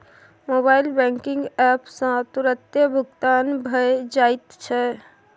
mobile banking app सँ तुरतें भुगतान भए जाइत छै